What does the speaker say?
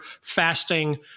fasting